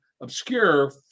obscure